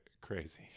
crazy